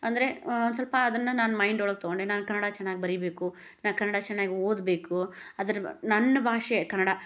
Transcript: ಅಂದರೆ ಒಂದು ಸ್ವಲ್ಪ ಅದನ್ನ ನಾನು ಮೈಂಡ್ ಒಳಗೆ ತೊಗೊಂಡೆ ನಾನು ಕನ್ನಡ ಚೆನ್ನಾಗಿ ಬರಿಬೇಕು ನಾನು ಕನ್ನಡ ಚೆನ್ನಾಗಿ ಓದಬೇಕು ಅದ್ರೆ ನನ್ನ ಭಾಷೆ ಕನ್ನಡ